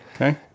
Okay